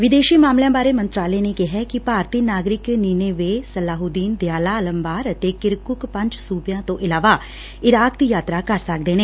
ਵਿਦੇਸ਼ੀ ਮਾਮਲਿਆਂ ਬਾਰੇ ਮੰਤਰਾਲੇ ਨੇ ਕਿਹੈ ਕਿ ਭਾਰਤੀ ਨਾਗਰਿਕ ਨਿੰਨੇਵੇਹ ਸਲਾਹੁਦੀਨ ਦਿਆਲਾ ਅਲਅਨਬਾਰ ਅਤੇ ਕਿਰੱਕੁਕ ਪੰਜ ਸੂਬਿਆਂ ਤੋਂ ਇਲਾਵਾ ਇਰਾਕ ਦੀ ਯਾਤਰਾ ਕਰ ਸਕਦੇ ਨੇ